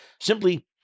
simply